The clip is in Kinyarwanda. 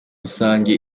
rusange